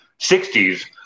60s